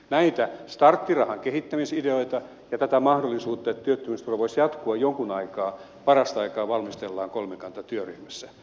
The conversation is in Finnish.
näitä starttirahan kehittämisideoita ja tätä mahdollisuutta että työttömyysturva voisi jatkua jonkun aikaa parasta aikaa valmistellaan kolmikantatyöryhmässä